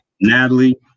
Natalie